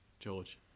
George